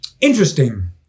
interesting